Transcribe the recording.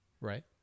Right